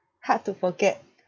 hard to forget